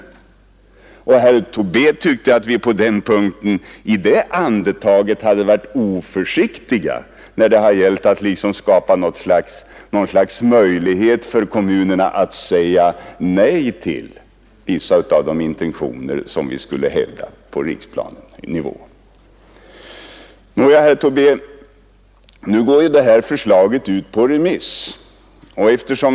Herr Tobé sade i samma andetag att vi hade varit oförsiktiga när det gällt att skapa möjlighet för kommunerna att säga nej till vissa av de intentioner som vi skulle hävda på riksplanenivå. Nå, herr Tobé, nu går förslaget ut på remiss.